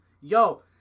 Yo